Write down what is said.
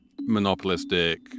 monopolistic